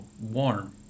warm